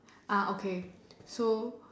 okay so